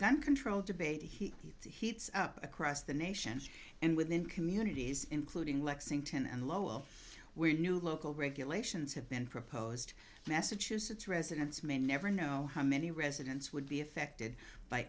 gun control debate heats up across the nation and within communities including lexington and lowell where new local regulations have been proposed massachusetts residents may never know how many residents would be affected by